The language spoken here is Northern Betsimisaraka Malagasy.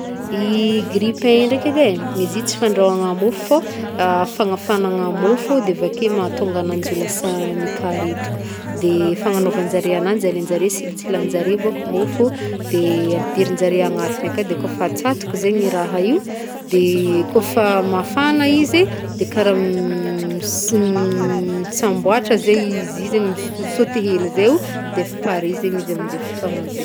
I grille pain draiky edy e, izy i tsy fandrahoagna mofo fô fagnagnagna mofo de avake de mahatonga agnanjy ho lasa mikaretoka, de fagnanaovanjare agnanjy alainjare, silasilahinjare bôko môfo, de ampidirinjare agnatiny aka, de kaofa atsatoky zegny raha io, de kaofa mafagna izy de kara mis mitsamboàtra zay izy i zegny mi- misaoty hely zay o de fa paré izy aminjay fotoagna zay.